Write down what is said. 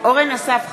אורן אסף חזן,